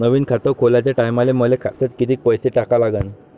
नवीन खात खोलाच्या टायमाले मले खात्यात कितीक पैसे टाका लागन?